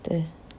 对